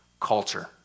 culture